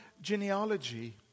genealogy